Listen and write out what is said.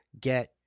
get